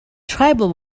tribal